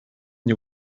nie